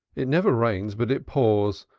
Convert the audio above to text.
it never rains but it pours,